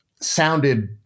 sounded